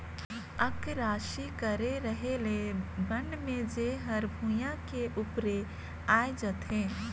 अकरासी करे रहें ले बन में जेर हर भुइयां के उपरे आय जाथे